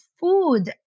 food